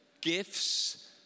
gifts